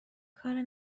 کار